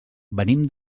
venim